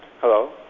Hello